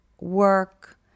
work